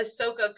ahsoka